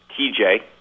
TJ